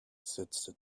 setzte